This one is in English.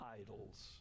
idols